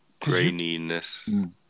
graininess